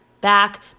back